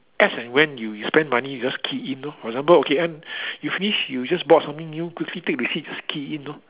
as and when you you spend money you just key in lor for example okay and you finish you just bought something new quickly take receipt just key in lor